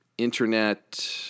internet